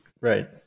Right